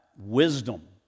wisdom